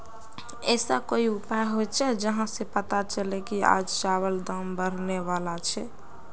ऐसा कोई उपाय होचे जहा से पता चले की आज चावल दाम बढ़ने बला छे?